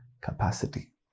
capacity